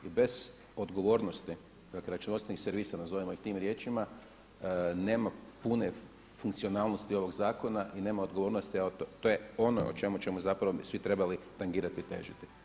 I bez odgovornosti, dakle računovodstvenih servisa, nazovimo ih tim riječima nema pune funkcionalnosti ovog zakona i nema odgovornosti a to je ono o čemu ćemo zapravo svi trebali tangirati i težiti.